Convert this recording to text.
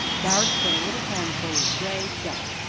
thou'rt but a little handful of gray dust,